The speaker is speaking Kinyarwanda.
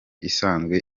isanzwe